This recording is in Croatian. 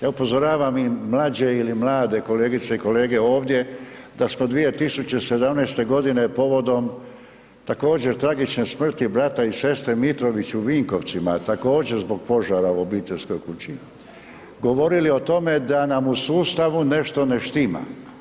Ja upozoravam i mlađe ili mlade kolegice i kolege ovdje da smo 2017. g. povodom, također, tragične smrti brata i sestre Mitrović u Vinkovcima, također zbog požara u obiteljskoj kući, govorili o tome da nam u sustavu nešto ne štima.